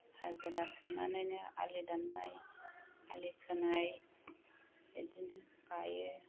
हाजिरा सोनानैनो आलि दाननाय आलि खोनाय बिदिनो गायो